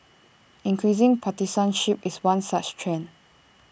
increasing partisanship is one such trend